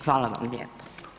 Hvala vam lijepo.